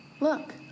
Look